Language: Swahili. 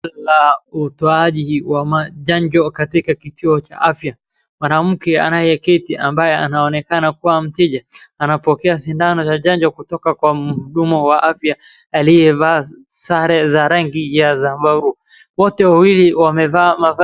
Kuna utoaji wa chanjo katika kituo cha afya, mwanamke anayeketi ambaye anaonekana kuwa mteja. Anapokea sindano ya chanjo kutoka kwa mhudumu wa afya aliyevaa sare ya rangi ya zambarau, wote wawili wamevaa mavazi.